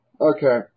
Okay